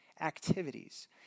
activities